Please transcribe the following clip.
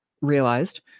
realized